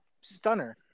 Stunner